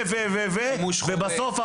ובסוף,